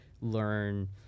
learn